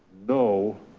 no.